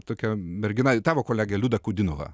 tokia mergina tavo kolegė liuda kudinova